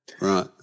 right